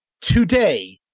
Today